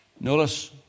Notice